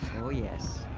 oh yes.